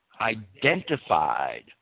identified